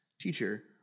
Teacher